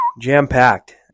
Jam-packed